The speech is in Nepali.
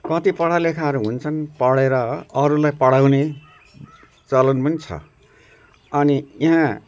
कति पढ लेखाहरू हुन्छन् पढेर अरूलाई पढाउने चलन पनि छ अनि यहाँ